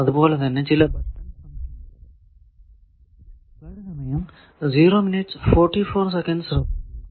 അതുപോലെ തന്നെ ചില ബട്ടൺ ഫങ്ക്ഷനുകളും